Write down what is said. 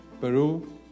Peru